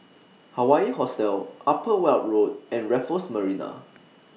Hawaii Hostel Upper Weld Road and Raffles Marina